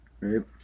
Right